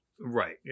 Right